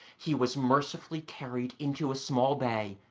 he was mercifully carried into a small bay,